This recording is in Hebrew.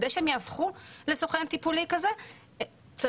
כדי שהם יהפכו לסוכן טיפולי כזה צריך